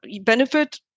benefit